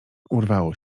urwało